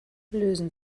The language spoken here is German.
lösen